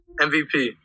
MVP